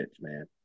man